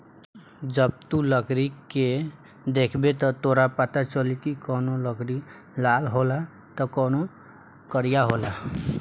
जब तू लकड़ी के देखबे त तोरा पाता चली की कवनो लकड़ी लाल होला त कवनो करिया होला